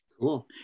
cool